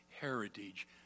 heritage